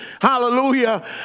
hallelujah